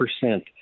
percent